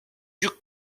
duc